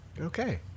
Okay